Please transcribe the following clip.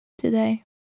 today